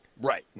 Right